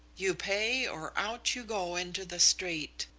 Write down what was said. you pay, or out you go into the street.